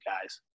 guys